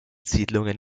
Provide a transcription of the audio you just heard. siedlungen